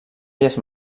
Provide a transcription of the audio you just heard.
illes